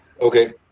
Okay